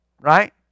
right